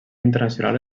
internacional